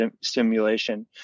stimulation